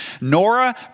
Nora